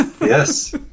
yes